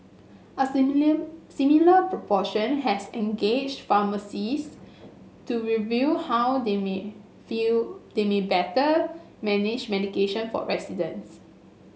a similar similar proportion has engaged pharmacist to review how they may feel they may better manage medication for residents